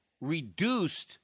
reduced